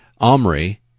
Omri